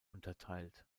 unterteilt